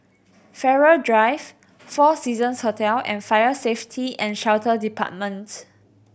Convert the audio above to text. Farrer Drive Four Seasons Hotel and Fire Safety And Shelter Department